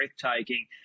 breathtaking